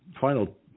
final